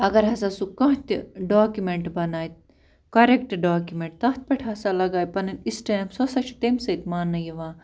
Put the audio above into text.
اگر ہسا سُہ کانٛہہ تہِ ڈاکیٛومٮ۪نٛٹ بناووِ کَرٮ۪کٹہٕ ڈاکیٛومٮ۪نٹ تَتھ پٮ۪ٹھ ہسا لگاے پَنٕنۍ سٹیمپ سۄ ہَسا چھِ تَمہِ سۭتۍ ماننہٕ یِوان